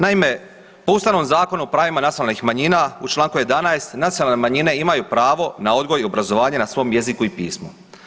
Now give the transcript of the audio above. Naime, po Ustavnom zakonu o pravima nacionalnih manjina u čl. 11. nacionalne manjine imaju pravo na odgoj i obrazovanje na svom jeziku i pismu.